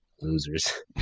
Losers